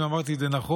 אם אמרתי את זה נכון,